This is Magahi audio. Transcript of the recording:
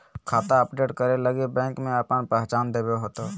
खाता अपडेट करे लगी बैंक में आपन पहचान देबे होतो